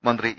മന്ത്രി ഇ